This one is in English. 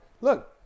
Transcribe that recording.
look